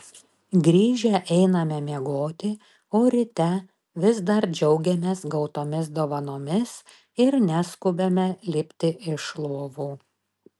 grįžę einame miegoti o ryte vis dar džiaugiamės gautomis dovanomis ir neskubame lipti iš lovų